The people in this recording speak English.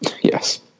Yes